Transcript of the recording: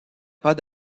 pas